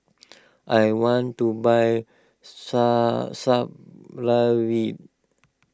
I want to buy Supravit